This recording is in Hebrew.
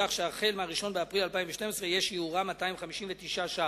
כך שהחל מ-1 באפריל 2012 יהיה שיעורה 259 שקלים.